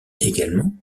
également